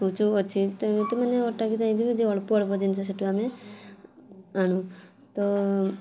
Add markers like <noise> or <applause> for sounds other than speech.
ହଉଛୁ ଅଛି ତେଣୁ <unintelligible> ଅଳ୍ପ ଅଳ୍ପ ଜିନିଷ ସେଠୁ ଆମେ ଆଣୁ ତ